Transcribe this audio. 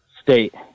State